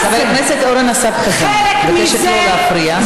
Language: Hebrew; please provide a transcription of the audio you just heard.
חבר הכנסת אורן אסף חזן, אני מבקשת לא להפריע.